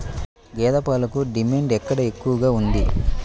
గేదె పాలకు డిమాండ్ ఎక్కడ ఎక్కువగా ఉంది?